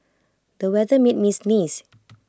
the weather made me sneeze